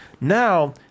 now